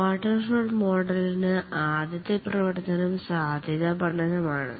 waterfall മോഡലിനു ആദ്യത്തെ പ്രവർത്തനം സാധ്യത പഠനമാണ്